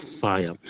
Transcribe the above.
fire